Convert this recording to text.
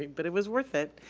but it was worth it,